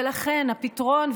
ולכן הפתרון,